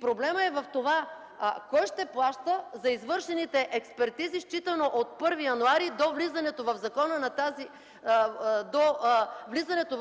Проблемът е в това – кой ще плаща за извършените експертизи, считано от 1 януари до влизането в